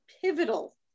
pivotal